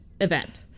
event